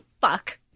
fuck